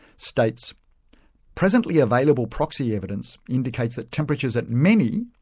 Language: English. states presently available proxy evidence indicates that temperatures at many,